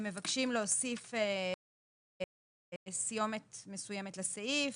הם מבקשים להוסיף סיומת מסוימת לסעיף.